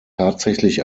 tatsächlich